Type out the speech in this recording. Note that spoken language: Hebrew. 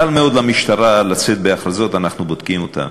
קל מאוד למשטרה לצאת בהכרזות: אנחנו בודקים אותה,